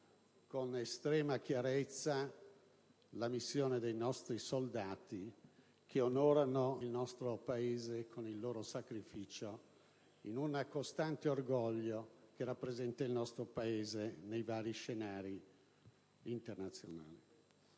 con estrema chiarezza, la missione dei nostri soldati, che onorano il Paese con il loro sacrificio, in un costante orgoglio che rappresenta il nostro Paese nei vari scenari internazionali.